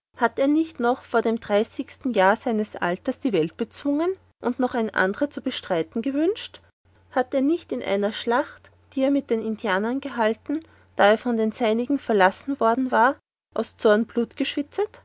hat er nicht noch vor dem dreißigsten jahr seines alters die welt bezwungen und noch ein andere zu bestreiten gewünschet hat er nicht in einer schlacht die er mit den indianern gehalten da er von den seinigen verlassen war aus